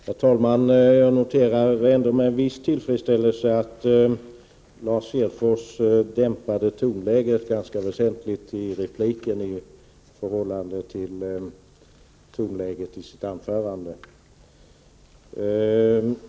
Herr talman! Jag noterar ändå med en viss tillfredsställelse att Lars Hedfors dämpade tonläget ganska väsentligt i repliken i förhållande till tonläget i huvudanförandet.